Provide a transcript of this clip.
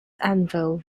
anvil